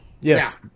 yes